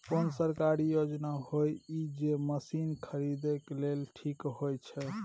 कोन सरकारी योजना होय इ जे मसीन खरीदे के लिए ठीक होय छै?